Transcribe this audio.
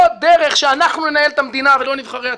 עוד דרך שאנחנו ננהל את המדינה ולא נבחרי הציבור.